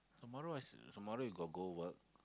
tomorrow is tomorrow you got go work